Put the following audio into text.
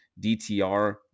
DTR